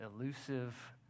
elusive